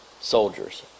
soldiers